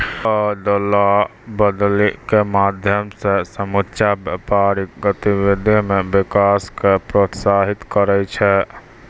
अदला बदली के माध्यम से समुच्चा व्यापारिक गतिविधि मे विकास क प्रोत्साहित करै छै